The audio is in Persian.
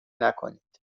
نکنید